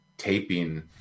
taping